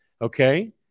Okay